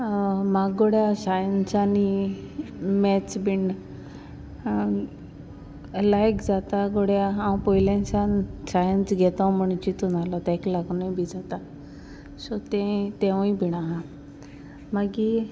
म्हाका घडये सायन्स आनी मॅत्स बी लायक जाता घडये हांव पोयलें सावन सायन्स घेतो म्हण चिंतून आसलो तेका लागुनूय बी जाता सो तें तेंवूय बी आहा मागीर